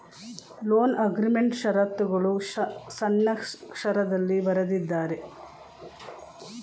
loan ಅಗ್ರೀಮೆಂಟ್ನಾ ಶರತ್ತುಗಳು ಸಣ್ಣಕ್ಷರದಲ್ಲಿ ಬರೆದಿದ್ದಾರೆ